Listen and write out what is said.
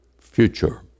future